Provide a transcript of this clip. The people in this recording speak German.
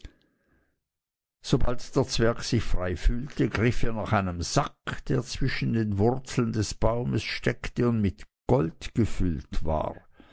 sobald der zwerg sich frei fühlte griff er nach einem sack der zwischen den wurzeln des baumes steckte und mit gold gefüllt war